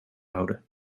houden